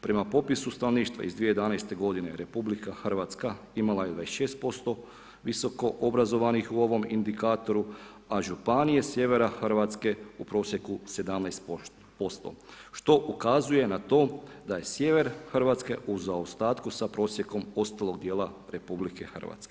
Prema popisu stanovništva iz 2011. godine RH imala je 26% visokoobrazovanih u ovom indikatoru, a županije sjevera Hrvatske u prosjeku 17%, što ukazuje na to da je sjever Hrvatske u zaostatku sa prosjekom ostalog dijela RH.